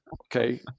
okay